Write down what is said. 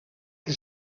que